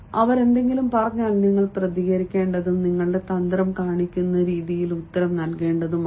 അവർ എന്തെങ്കിലും പറഞ്ഞാൽ നിങ്ങൾ പ്രതികരിക്കേണ്ടതും നിങ്ങളുടെ തന്ത്രം കാണിക്കുന്ന രീതിയിൽ ഉത്തരം നൽകേണ്ടതുമാണ്